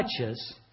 touches